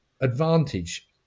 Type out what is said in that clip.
advantage